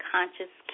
Conscious